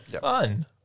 Fun